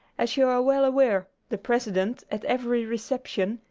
as you are well aware, the president, at every reception,